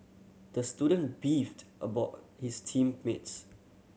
the student beefed about his team mates